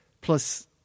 plus